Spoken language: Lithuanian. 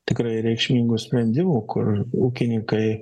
tikrai reikšmingų sprendimų kur ūkininkai